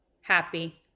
happy